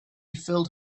filled